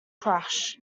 crash